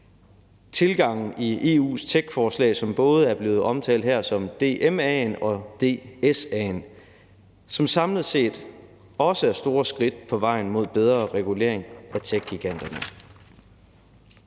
tilgangen i EU's techforslag, som både er blevet omtalt her som DMA'en og DSA'en, og som samlet set også er store skridt på vejen mod bedre regulering af techgiganterne.